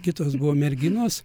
kitos buvo merginos